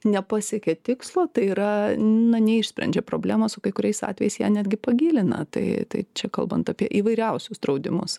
nepasiekė tikslo tai yra na neišsprendžia problemos o kai kuriais atvejais ją netgi pagilina tai tai čia kalbant apie įvairiausius draudimus